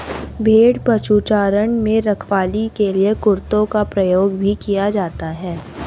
भेड़ पशुचारण में रखवाली के लिए कुत्तों का प्रयोग भी किया जाता है